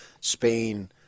Spain